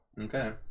Okay